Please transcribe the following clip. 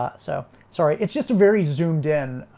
ah so sorry. it's just a very zoomed in.